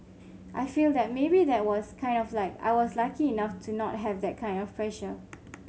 I feel that maybe that was kind of like I was lucky enough to not have that kind of pressure